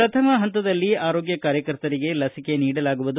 ಪ್ರಥಮ ಪಂತದಲ್ಲಿ ಆರೋಗ್ಯ ಕಾರ್ಯಕರ್ತರಿಗೆ ಲಸಿಕೆ ನೀಡಲಾಗುವುದು